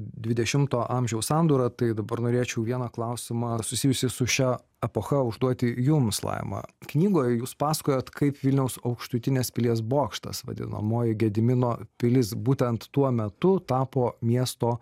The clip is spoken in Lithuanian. dvidešimto amžiaus sandūrą tai dabar norėčiau vieną klausimą susijusį su šia epocha užduoti jums laima knygoj jūs pasakojot kaip vilniaus aukštutinės pilies bokštas vadinamoji gedimino pilis būtent tuo metu tapo miesto